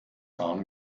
haben